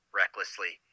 recklessly